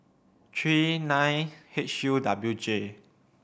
three nine H U W J